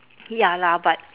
ya lah but